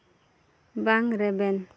ᱵᱟᱝ ᱨᱮᱵᱮᱱ